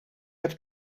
het